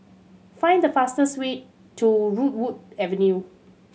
find the fastest way to Redwood Avenue